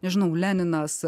nežinau leninas